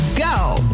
go